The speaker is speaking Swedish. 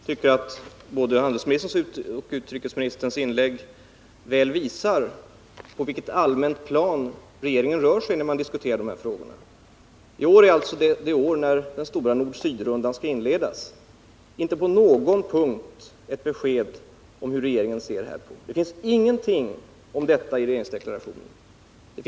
Fru talman! Jag tycker att både handelsministerns och utrikesministerns inlägg väl visar på vilket allmänt plan regeringen rör sig när den diskuterar de här frågorna. 1980 är alltså det år då den stora nord-sydrundan i FN skall inledas. Inte på någon punkt får vi ett besked om hur regeringen ser på saken. Det finns ingenting om detta i regeringsdeklarationen.